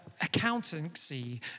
accountancy